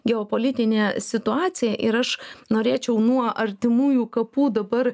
geopolitinė situacija ir aš norėčiau nuo artimųjų kapų dabar